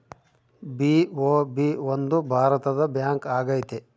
BOB ಒಂದು ಭಾರತದ bank ಆಗೈತೆ